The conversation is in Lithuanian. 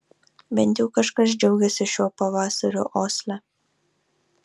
bent jau kažkas džiaugėsi šiuo pavasariu osle